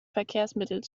verkehrsmittel